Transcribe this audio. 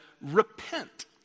repent